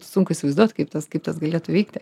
sunku įsivaizduot kaip tas kaip tas galėtų vykti